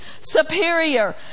superior